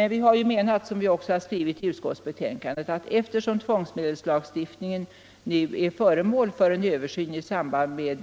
Vi har emellertid menat, och vi har också skrivit det i betänkandet, att eftersom tvångsmedelslagstiftningen nu är föremål för översyn i samband med